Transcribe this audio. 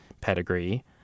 pedigree